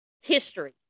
history